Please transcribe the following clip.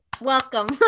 welcome